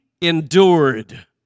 endured